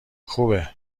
خوبه